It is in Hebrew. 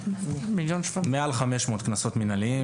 מעל 500 קנסות מנהליים.